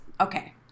Okay